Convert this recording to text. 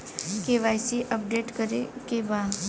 KYC update करे के बा?